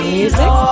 music